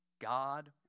God